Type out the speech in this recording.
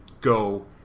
go